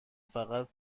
فقط